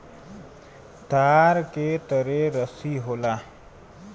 तार के तरे रस्सी होला